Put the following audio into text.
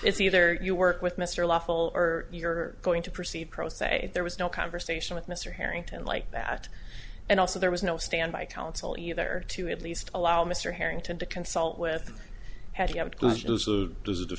it's either you work with mr lawful or you're going to proceed pro se there was no conversation with mr harrington like that and also there was no stand by counsel either to at least allow mr harrington to consult with have you have does t